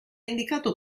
indicato